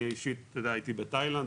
אני אישית הייתי בתאילנד,